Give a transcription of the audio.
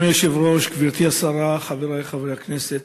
אדוני היושב-ראש, גברתי השרה, חברי חברי הכנסת,